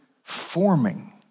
Forming